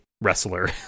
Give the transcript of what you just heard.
wrestler